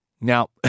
Now